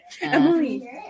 Emily